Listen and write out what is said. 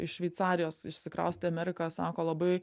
iš šveicarijos išsikraustė į ameriką sako labai